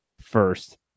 first